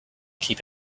keep